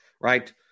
right